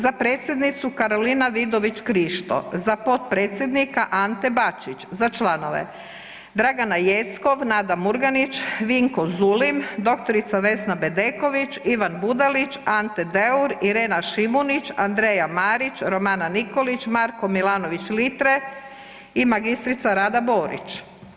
Za predsjednicu Karolina Vidović Krištvo, za potpredsjednika Ante Bačić, za članove: Dragana Jeckov, Nada Murganić, Vinko Zulim, dr. Vesna Bedeković, Ivan Budelić, Ante Deur, Irena Šimunić, Andrea Marić, Romana Nikolić, Marko Milanović Litre i magistrica Rada Borić.